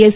S